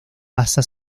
pasa